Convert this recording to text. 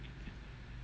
mm